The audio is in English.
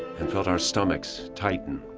and felt our stomachs tighten.